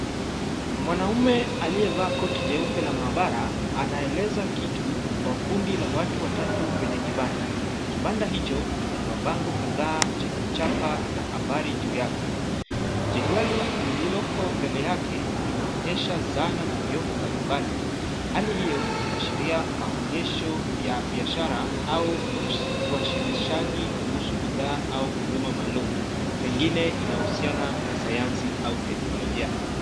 Mwanaume aliyevaa koti jeupe la maabara anaeleza kitu kwa kundi la watu watatu kwenye kibanda. Kibanda hicho kina mabango kadhaa chenye chapa na habari juu yake. Jedwali lililoko mbele yake, inaonyesha zana na vyombo mbalimbali. Hali hiyo inaashiria maonyesho ya biashara au uwasilishaji kuhusu bidhaa au huduma maalum pengine inahusiana na sayansi au teknolojia.